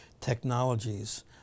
technologies